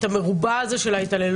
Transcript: את המרובע הזה של התעללות.